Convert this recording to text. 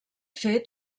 fet